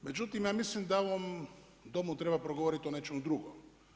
Međutim ja mislim da u ovom Domu treba progovoriti o nečemu drugom.